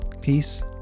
Peace